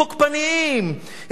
תוקפנים,